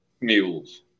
mules